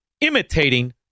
imitating